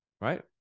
right